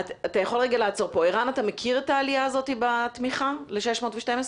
אתה מכיר את העלייה הזאת בתמיכה ל-612 אלף שקלים?